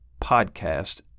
podcast